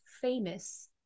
famous